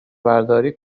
برداری